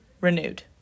renewed